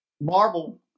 marble